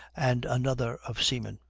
and another of seamen.